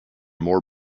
more